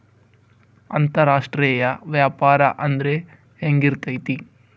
ಅಂತರಾಷ್ಟ್ರೇಯ ವ್ಯಾಪಾರ ಅಂದ್ರೆ ಹೆಂಗಿರ್ತೈತಿ?